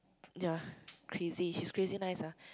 ya crazy she's crazy nice ah